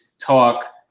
talk